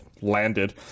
landed